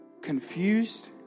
confused